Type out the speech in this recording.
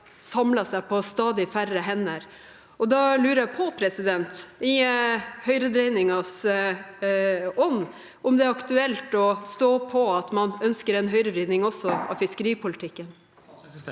samlet seg på stadig færre hender. Da lurer jeg på om det i høyredreiningens ånd er aktuelt å stå på at man ønsker en høyrevridning også i fiskeripolitikken?